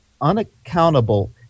unaccountable